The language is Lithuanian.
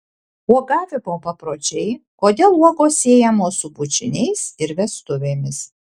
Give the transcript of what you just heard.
uogavimo papročiai kodėl uogos siejamos su bučiniais ir vestuvėmis